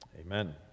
amen